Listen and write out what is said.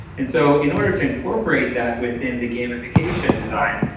and so in order to incorporate that within the gamification design,